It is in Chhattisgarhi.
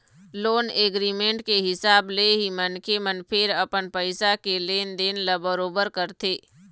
लोन एग्रीमेंट के हिसाब ले ही मनखे मन फेर अपन पइसा के लेन देन ल बरोबर करथे